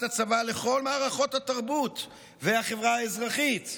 הצבא לכל מערכות התרבות והחברה האזרחית,